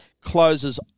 closes